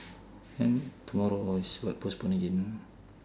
then tomorrow oh is what postpone again